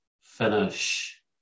finish